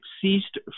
ceased